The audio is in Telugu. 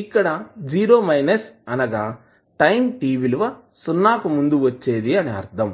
ఇక్కడ 0 అనగా టైం t విలువ సున్నా కు ముందు వచ్చేది అని అర్ధం